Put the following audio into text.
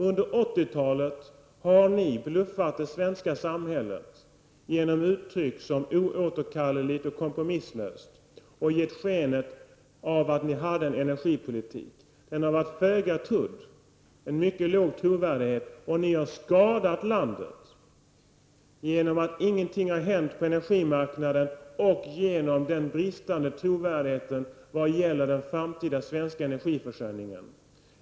Under 80-talet har ni socialdemokrater bluffat det svenska samhället med hjälp av uttryck som oåterkalleligt och kompromisslöst och gett sken av att ni hade en energipolitik. Den har varit föga betrodd och har haft en mycket låg trovärdighet. Ni har skadat landet genom att inget har hänt på energimarknaden och på grund av en bristande trovärdighet vad gäller den framtida svenska energiförsörjningen.